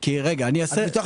אם אלך